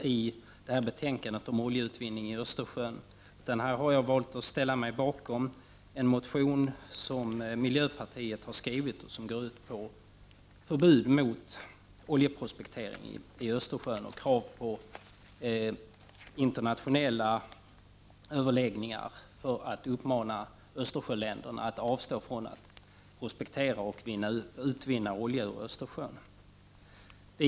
I detta betänkande om oljeutvinning i Östersjön behandlas ingen vpk-motion, men jag har valt att ställa mig bakom en motion från miljöpartiet som går ut på förbud mot oljeprospektering i Östersjön och krav på internationella överläggningar för att uppmana Östersjöländerna att avstå från att prospektera och utvinna olja ur Östersjön.